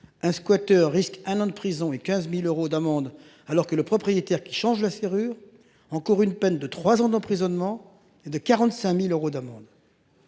un squatteur risque un an de prison et 15.000 euros d'amende alors que le propriétaire qui change la serrure encourt une peine de 3 ans d'emprisonnement et de 45.000 euros d'amende.